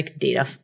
data